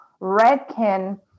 redkin